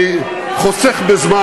אני חוסך בזמן,